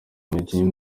umukinnyi